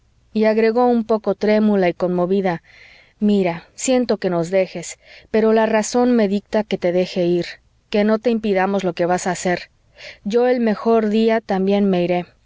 y agregó un poco trémula y conmovida mira siento que nos dejes pero la razón me dicta que te deje ir que no te impidamos lo que vas a hacer yo el mejor día me iré